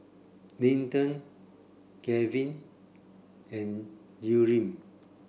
Linton Gavyn and Yurem